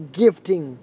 gifting